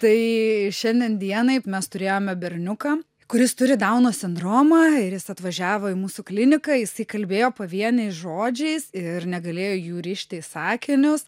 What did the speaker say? tai šiandien dienai mes turėjome berniuką kuris turi dauno sindromą ir jis atvažiavo į mūsų kliniką jisai kalbėjo pavieniais žodžiais ir negalėjo jų rišti į sakinius